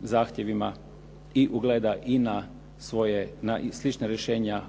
zahtjevima i ugleda na svoje, na slična rješenja,